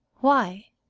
why?